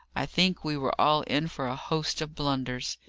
i think we were all in for a host of blunders.